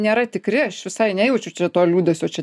nėra tikri aš visai nejaučiu čia to liūdesio čia